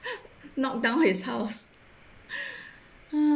knock down his house